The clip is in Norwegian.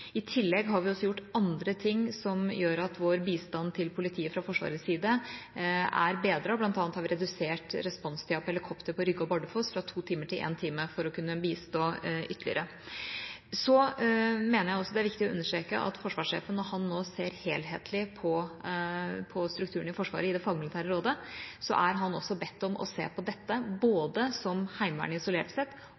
I tillegg har vi også gjort andre ting som gjør at vår bistand til politiet fra Forsvarets side er bedret. Blant annet har vi redusert responstida for helikopter på Rygge og Bardufoss fra 2 timer til 1 time for å kunne bistå ytterligere. Så mener jeg også det er viktig å understreke at forsvarssjefen, når han nå ser helhetlig på strukturen i Forsvaret i det fagmilitære rådet, er bedt om å se på dette både som Heimevernet isolert sett